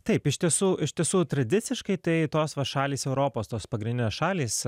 taip iš tiesų iš tiesų tradiciškai tai tos šalys europos tos pagrindinės šalys